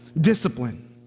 discipline